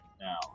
Now